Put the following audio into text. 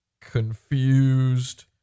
confused